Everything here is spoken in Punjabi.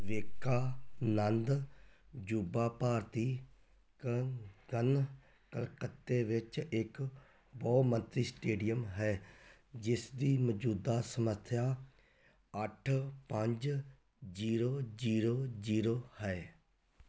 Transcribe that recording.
ਵਿਵੇਕਾ ਨੰਦ ਯੁਬਾ ਭਾਰਤੀ ਕਗੰਨ ਕਲਕੱਤੇ ਵਿੱਚ ਇੱਕ ਬਹੁਮੰਤਵੀ ਸਟੇਡੀਅਮ ਹੈ ਜਿਸ ਦੀ ਮੌਜੂਦਾ ਸਮਰੱਥਾ ਅੱਠ ਪੰਜ ਜੀਰੋ ਜੀਰੋ ਜੀਰੋ ਹੈ